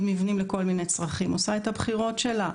מבנים לכל מיני צרכים עושה את הבחירות שלה.